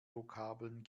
vokabeln